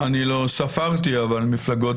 אני לא ספרתי אבל מפלגות